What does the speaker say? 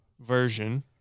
version